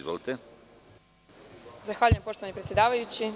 Zahvaljujem, poštovani predsedavajući.